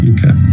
Okay